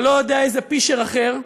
או לא יודע איזה פישר אחר,